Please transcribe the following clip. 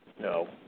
No